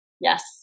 yes